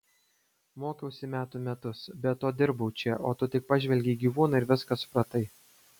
mokiausi metų metus be to dirbau čia o tu tik pažvelgei į gyvūną ir viską supratai